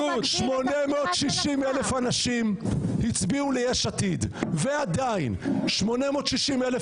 860 אלף אנשים הצביעו ל-יש עתיד ועדיין 860 אלף